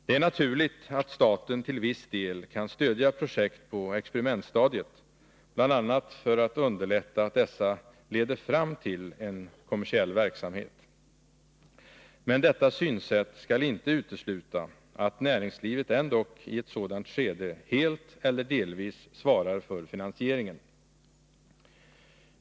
Det är naturligt att staten till viss del kan stödja projekt på experimentstadiet, bl.a. för att underlätta att dessa leder fram till en kommersiell verksamhet. Men detta synsätt skall inte utesluta att näringslivet ändock i ett sådant skede helt eller delvis svarar för finansieringen.